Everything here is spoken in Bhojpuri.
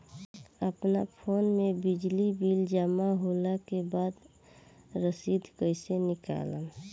अपना फोन मे बिजली बिल जमा होला के बाद रसीद कैसे निकालम?